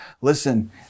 Listen